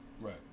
right